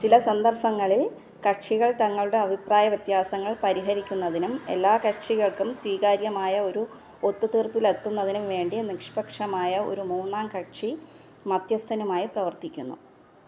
ചില സന്ദർഭങ്ങളിൽ കക്ഷികൾ തങ്ങളുടെ അഭിപ്രായവ്യത്യാസങ്ങൾ പരിഹരിക്കുന്നതിനും എല്ലാ കക്ഷികൾക്കും സ്വീകാര്യമായ ഒരു ഒത്തുതീർപ്പിലെത്തുന്നതിനും വേണ്ടി നിഷ്പക്ഷമായ ഒരു മൂന്നാം കക്ഷി മധ്യസ്ഥനുമായി പ്രവർത്തിക്കുന്നു